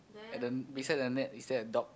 and then beside the net is there a dog